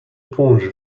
éponge